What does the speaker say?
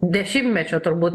dešimtmečio turbūt